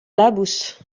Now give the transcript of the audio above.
labous